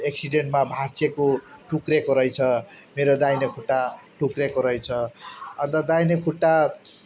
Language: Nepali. एक्सिडेन्टमा भाँचिएको टुक्रेको रहेछ मेरो दाहिने खुट्टा टुक्रेको रहेछ अन्त दाहिने खुट्टा